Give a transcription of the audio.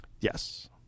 Yes